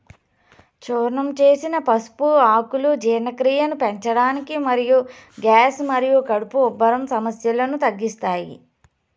చూర్ణం చేసిన పసుపు ఆకులు జీర్ణక్రియను పెంచడానికి మరియు గ్యాస్ మరియు కడుపు ఉబ్బరం సమస్యలను తగ్గిస్తాయి